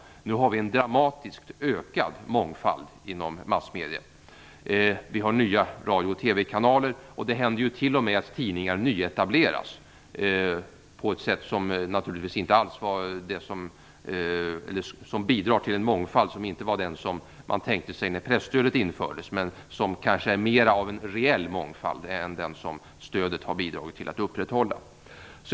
Nu har vi en dramatiskt ökad mångfald inom massmedierna. Vi har nya radio och TV-kanaler. Det händer ju t.o.m. att tidningar nyetableras på ett sätt som bidrar till en mångfald som man inte tänkte sig när presstödet infördes. Men det är kanske en mer reell mångfald än den som stödet har bidragit till att upprätthålla.